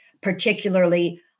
particularly